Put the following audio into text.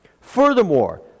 Furthermore